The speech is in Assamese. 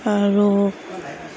আৰু